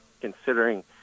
considering